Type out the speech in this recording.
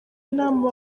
inama